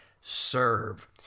serve